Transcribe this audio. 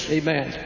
amen